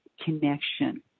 connection